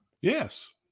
Yes